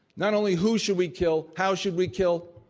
not only who should we kill, how should we kill,